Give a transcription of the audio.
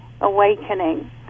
awakening